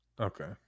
Okay